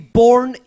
born